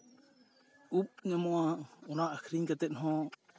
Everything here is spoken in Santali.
ᱩᱵ ᱧᱟᱢᱚᱜᱼᱟ ᱚᱱᱟ ᱟᱹᱠᱷᱨᱤᱧ ᱠᱟᱛᱮᱜ ᱦᱚᱸ